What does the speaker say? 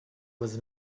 was